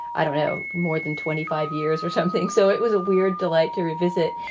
i don't know, more than twenty five years or something. so it was a weird delight to revisit.